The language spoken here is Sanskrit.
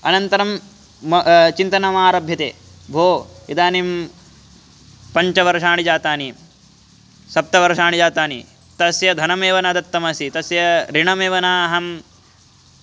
अनन्तरं म चिन्तनमारभ्यते भोः इदानीं पञ्चवर्षाणि जातानि सप्तवर्षाणि जातानि तस्य धनमेव न दत्तमस्सि तस्य ऋणमेव न अहं